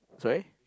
sorry